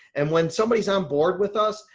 and when somebody is on board with us,